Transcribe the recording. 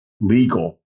legal